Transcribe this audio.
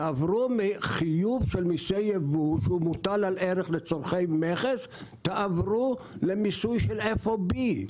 תעברו מחיוב של מסי ייבוא שמוטל על ערך לצורכי מכס למיסוי של FOB,